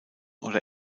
oder